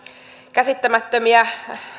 käsittämättömiä